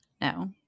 no